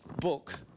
book